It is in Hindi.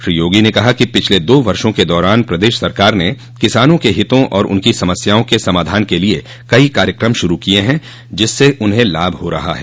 श्री योगी ने कहा कि पिछले दो वर्षो के दौरान प्रदेश सरकार ने किसानों के हितों और उनकी समस्याओं के समाधान के लिये कई कार्यक्रम श्रू किये हैं जिससे उन्हें लाभ हो रहा है